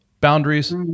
Boundaries